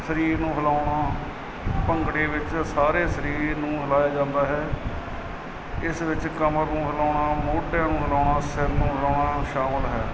ਸਰੀਰ ਨੂੰ ਹਿਲਾਉਣਾ ਭੰਗੜੇ ਵਿੱਚ ਸਾਰੇ ਸਰੀਰ ਨੂੰ ਹਿਲਾਇਆ ਜਾਂਦਾ ਹੈ ਇਸ ਵਿੱਚ ਕਮਰ ਨੂੰ ਹਿਲਾਉਣਾ ਮੋਢਿਆਂ ਨੂੰ ਹਿਲਾਉਣਾ ਸਿਰ ਨੂੰ ਹਿਲਾਉਣਾ ਸ਼ਾਮਿਲ ਹੈ